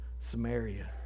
Samaria